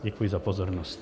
Děkuji za pozornost.